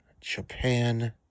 Japan